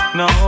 no